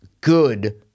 good